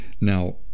Now